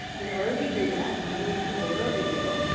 in order to do that, i needed to order a video,